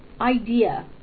idea